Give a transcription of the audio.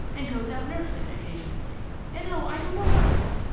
and goes out nursing occasionally and oh, i don't know what all!